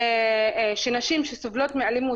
שנשים שסובלות מאלימות,